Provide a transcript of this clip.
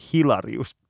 Hilarius